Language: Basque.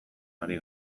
ari